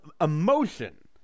emotion